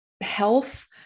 health